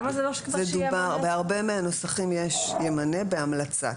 בהרבה מהנוסחים יש "ימנה בהמלצת".